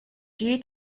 due